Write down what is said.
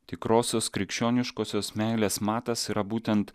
tikrosios krikščioniškosios meilės matas yra būtent